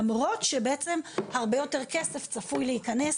למרות שבעצם הרבה יותר כסף צפוי להיכנס